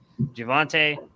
Javante